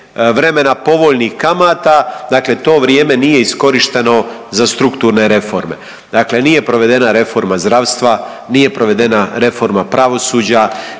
vremena povoljnih kamata dakle to vrijeme nije iskorišteno za strukturne reforme. Dakle nije provedena reforma zdravstva, nije provedena reforma pravosuđa,